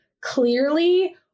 clearly